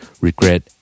regret